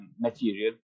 material